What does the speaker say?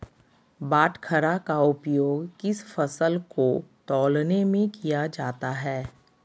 बाटखरा का उपयोग किस फसल को तौलने में किया जाता है?